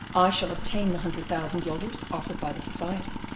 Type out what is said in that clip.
i shall obtain the hundred thousand guilders offered by the society.